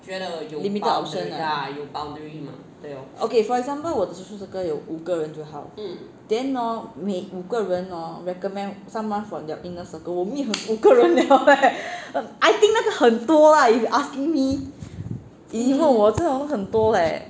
limited option lah ok for example 我 social circle 有五个人就好 then hor 每五个人 hor recommend someone from their inner circle 我没有五个人 liao leh I think 那个很多 lah if you ask me 以后我真的会很多 leh